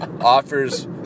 offers